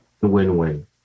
win-win